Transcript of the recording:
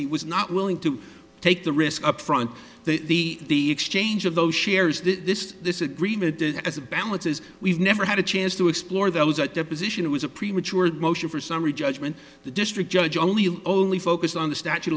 he was not willing to take the risk up front that the exchange of those shares this this agreement as a balance is we've never had a chance to explore those at deposition it was a premature motion for summary judgment the district judge only only focused on the statute